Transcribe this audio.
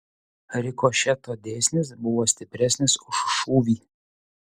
rikošeto dėsnis buvo stipresnis už šūvį